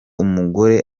umugore